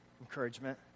Encouragement